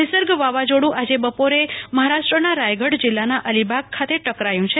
નિસગ વાવાઝોડું આજે બપોરે મહારાષ્ટ્રના રાયગઢ જિલ્લાના અલીબાગ ખાતે ટકરાયું છે